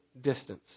distance